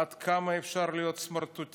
עד כמה אפשר להיות סמרטוטים?